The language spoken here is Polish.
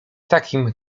takim